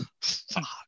Fuck